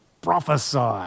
prophesy